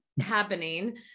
happening